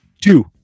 two